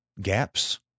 gaps